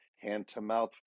hand-to-mouth